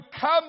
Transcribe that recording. come